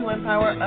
Empower